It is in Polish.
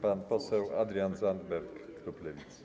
Pan poseł Adrian Zandberg, klub Lewicy.